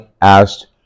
asked